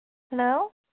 hello